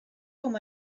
com